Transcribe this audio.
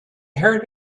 heard